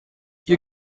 you